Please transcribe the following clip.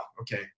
okay